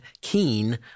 keen